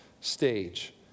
stage